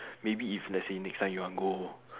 maybe if let's say next time you want go